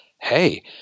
hey